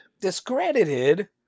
Discredited